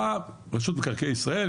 באה רשות מקרקעי ישראל,